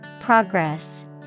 Progress